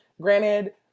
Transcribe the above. Granted